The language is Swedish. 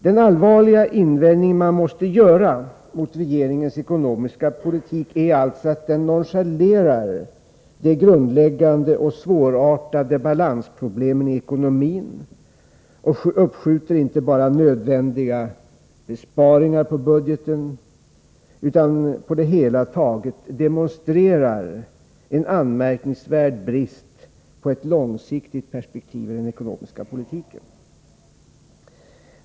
Den allvarliga invändning som man måste göra mot regeringens ekonomiska politik är att den nonchalerar de grundläggande och svårartade balansproblemen i ekonomin och inte bara uppskjuter nödvändiga besparingar på budgeten, utan på det hela taget demonstrerar en anmärkningsvärd brist på ett långsiktigt perspektiv i den ekonomiska politiken.